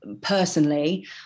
personally